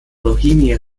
bohemia